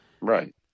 Right